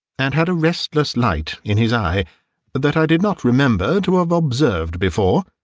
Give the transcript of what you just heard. and had a restless light in his eye that i did not remember to have observed before.